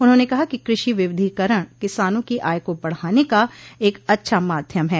उन्होंने कहा कि कृषि विविधीकरण किसानों की आय को बढ़ाने का एक अच्छा माध्यम है